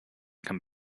can